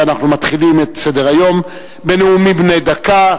ואנחנו מתחילים את סדר-היום בנאומים בני דקה.